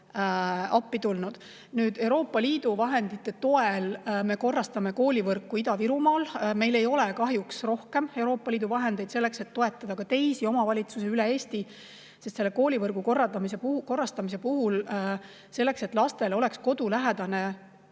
tulnud. Euroopa Liidu vahendite toel me korrastame koolivõrku Ida-Virumaal. Meil ei ole kahjuks nii palju Euroopa Liidu vahendeid, et me saaksime toetada ka teisi omavalitsusi üle Eesti. Koolivõrgu korrastamise puhul on selleks, et lastel oleks kodulähedane